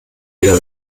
wieder